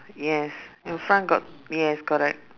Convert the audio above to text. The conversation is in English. yes in front got yes correct